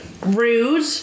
Rude